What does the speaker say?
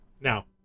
Now